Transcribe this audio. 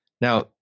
Now